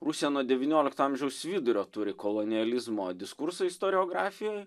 rusija nuo devyniolikto amžiaus vidurio turi kolonializmo diskurso istoriografijoj